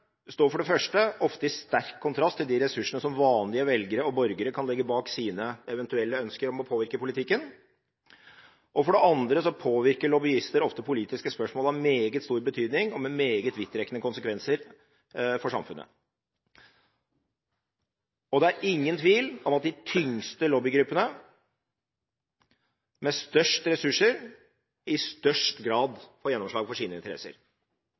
står for det første ofte i sterk kontrast til de ressursene vanlige velgere og borgere kan legge bak sine eventuelle ønsker om å påvirke politikken. For det andre påvirker lobbyister ofte politiske spørsmål av meget stor betydning og med meget vidtrekkende konsekvenser for samfunnet. Det er ingen tvil om at de tyngste lobbygruppene med størst ressurser i størst grad får gjennomslag for sine interesser.